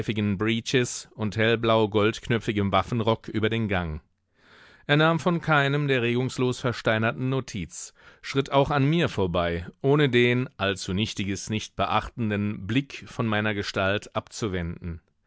und hellblau goldknöpfigem waffenrock über den gang er nahm von keinem der regungslos versteinerten notiz schritt auch an mir vorbei ohne den allzunichtiges nicht beachtenden blick von meiner gestalt abzuwenden